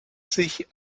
sich